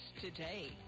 today